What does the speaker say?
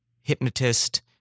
hypnotist